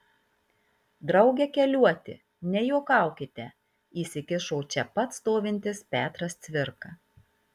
drauge keliuoti nejuokaukite įsikišo čia pat stovintis petras cvirka